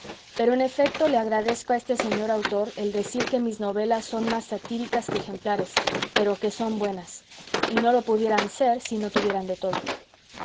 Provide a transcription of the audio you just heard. pero en efecto le agradezco a este señor autor el decir que mis novelas son más satíricas que ejemplares pero que son buenas y no lo pudieran ser si no tuvieran de todo